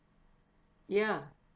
ya